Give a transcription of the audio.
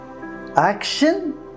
Action